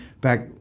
back